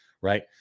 right